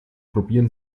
probieren